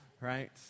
right